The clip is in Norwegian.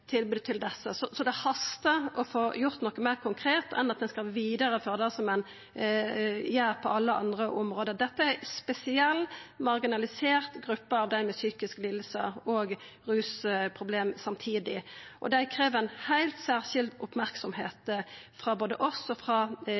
tilbod til desse, så det hastar å få gjort noko meir konkret enn at ein skal vidareføra det som ein gjer på alle andre område. Dette er ei spesiell, marginalisert gruppe, dei med psykiske lidingar og rusproblem samtidig, og dei krev ei heilt særskild merksemd både frå oss og frå